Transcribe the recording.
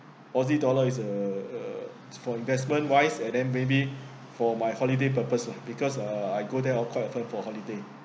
aussie dollar is uh uh for investment wise and then maybe for my holiday purpose ah because uh I go there quite often for holiday